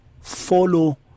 follow